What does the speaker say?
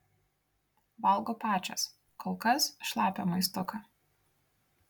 valgo pačios kol kas šlapią maistuką